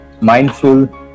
mindful